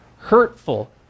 hurtful